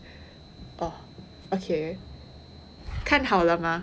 orh okay 看好了吗